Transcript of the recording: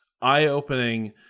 eye-opening